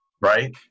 right